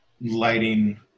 lighting